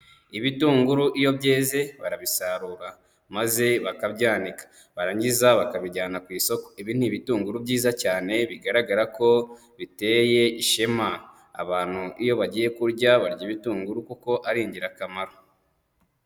Ibitunguru iyo byeze barabisarura, maze bakabyanika, barangiza bakabijyana ku isoko, ibi ni ibitunguru byiza cyane bigaragara ko biteye ishema, abantu iyo bagiye kurya, barya ibitunguru kuko ari ingirakamaro.